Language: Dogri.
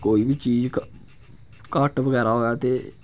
कोई बी चीज घट्ट बगैरा होए ते